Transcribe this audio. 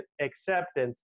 acceptance